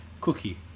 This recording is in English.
cookie